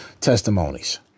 testimonies